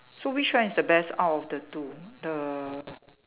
so which one is the best out of the two the